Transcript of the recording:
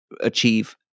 achieve